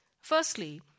Firstly